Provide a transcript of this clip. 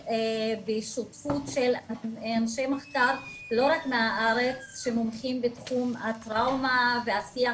בשותפות של אנשי מחקר לא רק מהארץ שמומחים בתחום הטראומה והשיח